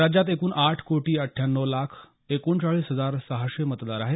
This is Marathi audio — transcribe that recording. राज्यात एकूण आठ कोटी अठ्ठ्यान्नव लाख एकोणचाळीस हजार सहाशे मतदार आहे